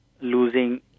losing